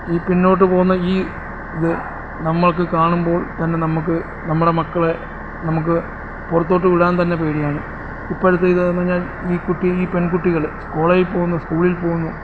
ഈ പിന്നോട്ട് പോകുന്ന ഈ ഇത് നമുക്ക് കാണുമ്പോൾ തന്നെ നമുക്ക് നമ്മുടെ മക്കളെ നമുക്ക് പുറത്തോട്ട് വിടാൻ തന്നെ പേടിയാണ് ഇപ്പഴ്ത്തെ ഇത് എന്ന് പറഞ്ഞാൽ ഈ കുട്ടി ഈ പെൺകുട്ടികൾ കോളേജിൽ പോകുന്നു സ്കൂളിൽ പോകുന്നു